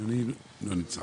נוסף